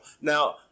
now